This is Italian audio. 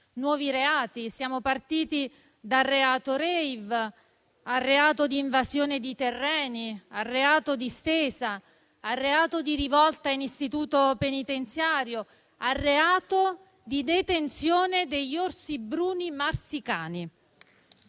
nuovi reati, dal reato di *rave* al reato di invasione di terreni, al reato di stesa, al reato di rivolta in istituto penitenziario, al reato di detenzione degli orsi bruni marsicani.